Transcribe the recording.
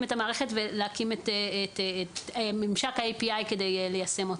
את המערכת ולהקים את ממשק ה-API כדי ליישם אותה.